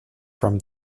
from